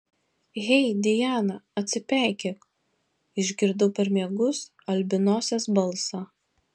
hei diana atsipeikėk išgirdau per miegus albinosės balsą